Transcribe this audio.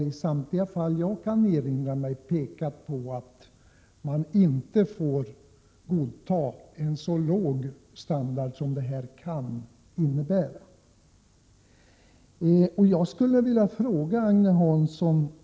I samtliga fall som jag kan erinra mig har kritiken i stället gällt att en så låg standard som detta förslag kan innebära inte får godtas.